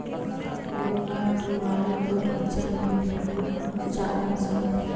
घोंघा फुलवारी बगइचा में भी हो जालनसन